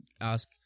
ask